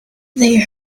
they